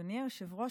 אדוני היושב-ראש,